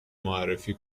معرفی